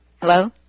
Hello